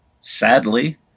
sadly